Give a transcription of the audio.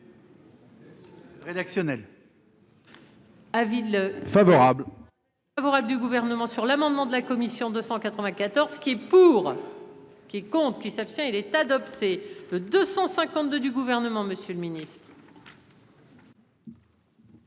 Rédactionnelle. Ah ville favorable favorable du gouvernement sur l'amendement de la commission de 194. Qui est pour. Qui compte. Qui s'abstient il est adopté le 252 du gouvernement, Monsieur le Ministre.